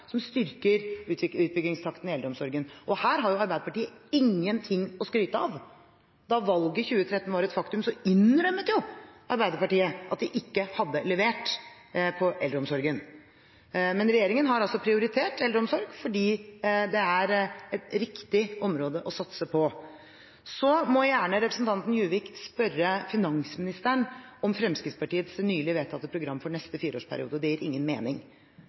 som styrker utbyggingstakten i eldreomsorgen, og her har Arbeiderpartiet ingenting å skryte av. Da valget i 2013 var et faktum, innrømmet Arbeiderpartiet at de ikke hadde levert på eldreomsorgen. Men regjeringen har altså prioritert eldreomsorgen fordi det er et riktig område å satse på. Representanten Juvik må gjerne spørre finansministeren om Fremskrittspartiets nylig vedtatte program for neste fireårsperiode. Det gir ingen mening.